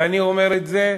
ואני אומר את זה: